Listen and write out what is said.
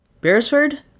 Beresford